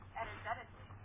energetically